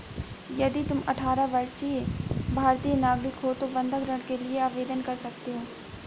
यदि तुम अठारह वर्षीय भारतीय नागरिक हो तो बंधक ऋण के लिए आवेदन कर सकते हो